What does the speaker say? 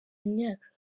imyaka